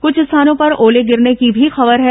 कुछ स्थानों पर ओले गिरने की भी खबर है